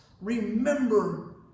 Remember